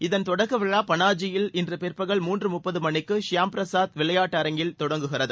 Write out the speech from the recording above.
இதன் தொடக்க விழா பனாஜியில் இன்று பிற்பகல் மூன்று முப்பது மணிக்கு ஷியாம்பிரசாத் முகர்ஜி விளையாட்டு அரங்கில் தொடங்குகிறது